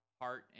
heart